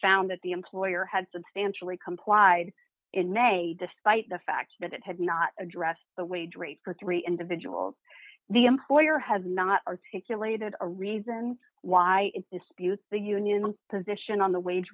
found that the employer had substantially complied in a despite the fact that it had not addressed the wage rate for three individuals the employer has not articulated a reason why it disputes the union position on the wage